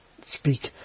speak